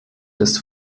des